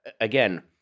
Again